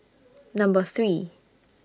Number three